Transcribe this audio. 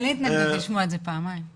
פשוט מופרת,